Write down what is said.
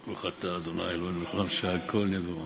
אל תשתה הרבה מים, כי אתה תצטרך מגבת,